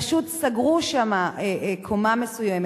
פשוט סגרו שם קומה מסוימת,